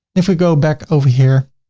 if we go back over here,